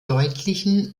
deutlichen